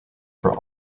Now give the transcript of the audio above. for